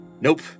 nope